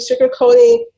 sugarcoating